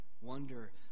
wonder